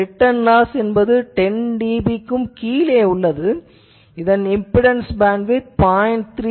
இதன் return loss என்பது 10 dB க்குக் கீழ் உள்ளது இதன் இம்பிடன்ஸ் பேண்ட்விட்த் 0